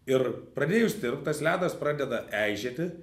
ir pradėjus tirpt tas ledas pradeda aižėti